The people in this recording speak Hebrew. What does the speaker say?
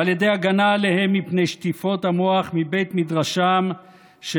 ועל ידי הגנה עליהם מפני שטיפות המוח מבית מדרשם של